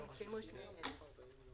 אם התקיימו שני אלה: